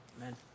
Amen